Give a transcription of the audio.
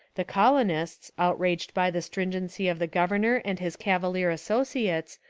the colonists, outraged by the stringency of the governor and his cavalier associates,